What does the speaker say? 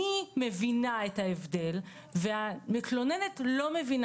אני מבינה את ההבדל והמתלוננת לא מבינה